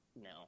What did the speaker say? no